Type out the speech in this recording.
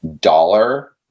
dollar